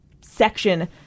section